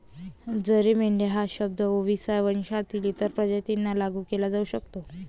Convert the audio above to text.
जरी मेंढी हा शब्द ओविसा वंशातील इतर प्रजातींना लागू केला जाऊ शकतो